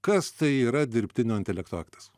kas tai yra dirbtinio intelekto aktas